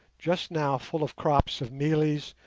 just now full of crops of mealies,